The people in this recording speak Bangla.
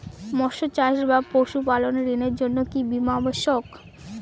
মৎস্য চাষ বা পশুপালন ঋণের জন্য কি বীমা অবশ্যক?